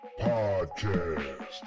Podcast